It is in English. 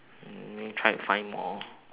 mm try to find more